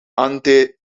ante